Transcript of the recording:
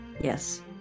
Yes